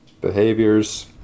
behaviors